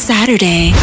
Saturday